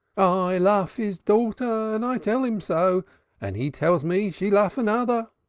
i lof his daughter and i tell him so and he tells me she lof another.